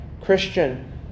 Christian